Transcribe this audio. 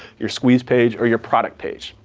your squeeze page, or your product page.